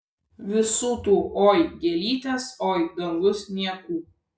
visų tų oi gėlytės oi dangus niekų